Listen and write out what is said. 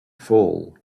fall